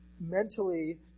mentally